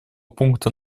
пункта